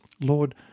Lord